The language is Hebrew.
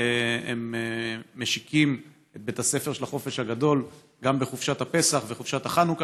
שהם משיקים את בית הספר של החופש הגדול גם בחופשת הפסח ובחופשת החנוכה.